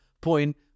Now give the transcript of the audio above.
point